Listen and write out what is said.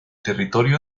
territorio